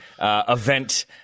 event